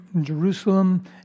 Jerusalem